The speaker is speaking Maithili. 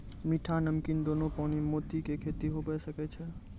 मीठा, नमकीन दोनो पानी में मोती के खेती हुवे सकै छै